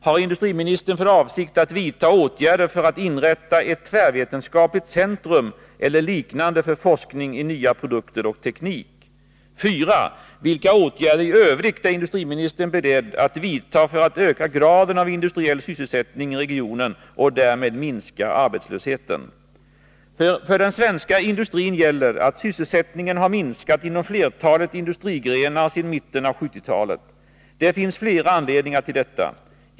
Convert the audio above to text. Har industriministern för avsikt att vidta åtgärder för att inrätta ett tvärvetenskapligt centrum eller liknande för forskning i nya produkter och teknik? 4. Vilka åtgärder i övrigt är industriministern beredd att vidta för att öka graden av industriell sysselsättning i regionen och därmed minska arbetslösheten? För den svenska industrin gäller att sysselsättningen har minskat inom flertalet industrigrenar sedan mitten av 1970-talet. Det finns flera anledningar till detta.